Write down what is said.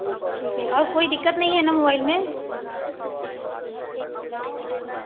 ठीक है और कोई दिक्कत नहीं है ना मोबाइल में